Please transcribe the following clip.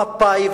מפא"י,